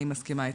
אני מסכימה איתך.